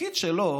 התפקיד שלו